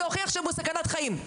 להוכיח שהוא בסכנת חיים.